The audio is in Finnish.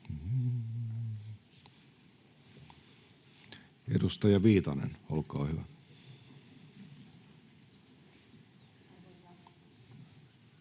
Edustaja Viitanen, olkaa hyvä.